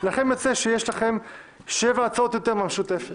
יצא שיש לכם 7 הצעות יותר מהמשותפת.